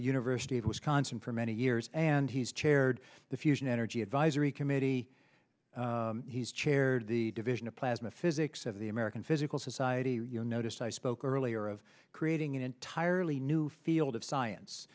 university of wisconsin for many years and he's chaired the fusion energy advisory committee he's chaired the division of plasma physics of the american physical society notice i spoke earlier of creating an entirely new field of science